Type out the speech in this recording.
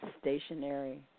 stationary